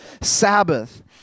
Sabbath